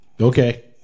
Okay